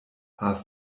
are